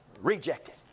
rejected